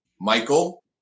Michael